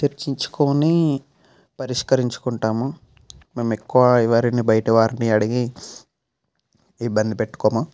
చర్చించుకొని పరిష్కరించుకుంటాము మేము ఎక్కువ ఎవరిని బయటి వారిని అడిగి ఇబ్బంది పెట్టుకోము